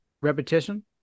repetition